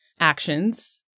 actions